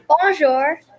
Bonjour